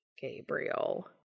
Gabriel